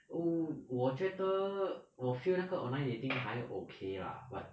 oh 我觉得我 feel 那个 online dating 还 okay lah but